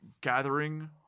gathering